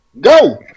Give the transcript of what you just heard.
Go